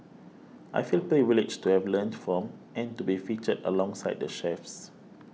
I feel privileged to have learnt from and to be featured alongside the chefs